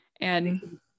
and-